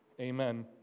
Amen